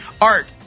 Art